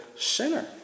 sinner